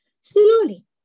Slowly